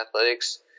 athletics